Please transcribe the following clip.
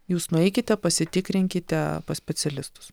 jūs nueikite pasitikrinkite pas specialistus